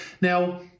Now